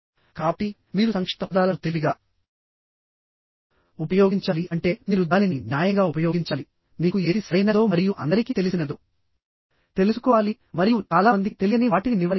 కాబట్టి మీరు సంక్షిప్త పదాలను తెలివిగా ఉపయోగించాలి అంటే మీరు దానిని న్యాయంగా ఉపయోగించాలి మీకు ఏది సరైనదో మరియు అందరికీ తెలిసినదో తెలుసుకోవాలి మరియు చాలా మందికి తెలియని వాటిని నివారించాలి